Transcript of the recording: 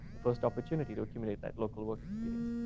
the first opportunity to accumulate that local work experience.